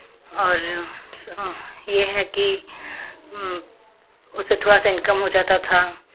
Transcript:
और ये है कि उससे थोड़ा सा इनकम हो जाता था